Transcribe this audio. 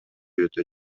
өтө